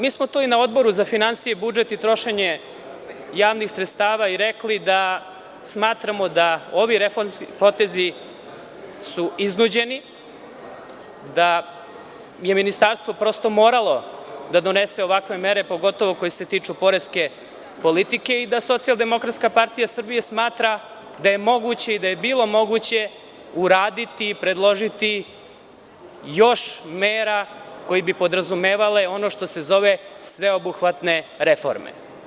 Mi smo to i na Odboru za finansije, budžet i trošenje javnih sredstava i rekli da smatramo da ovi reformski potezi su iznuđeni, da je ministarstvo prosto moralo da donese ovakve mere, pogotovo koje se tiču poreske politike i da SDPS smatra da je moguće i da je bilo moguće uraditi, predložiti još mera koje bi podrazumevale ono što se zove sveobuhvatne reforme.